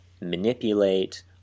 manipulate